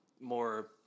more